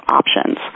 options